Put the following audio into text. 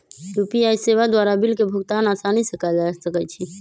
UPI सेवा द्वारा bill के भुगतान असानी से कएल जा सकइ छै